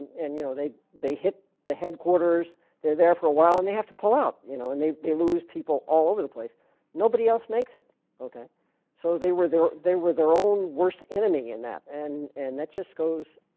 and you know they they hit the headquarters they're there for a while and they have to pull out you know and they they lose people all over the place nobody else makes it okay so they were there they were their own worst enemy in that and and that just goes